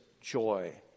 joy